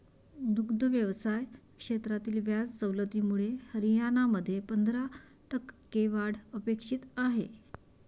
दुग्ध व्यवसाय क्षेत्रातील व्याज सवलतीमुळे हरियाणामध्ये पंधरा टक्के वाढ अपेक्षित आहे